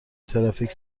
ترافیک